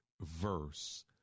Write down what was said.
verse